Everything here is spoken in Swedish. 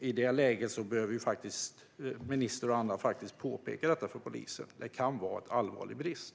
I det läget behöver ministern och andra påpeka detta för polisen. Det kan vara en allvarlig brist.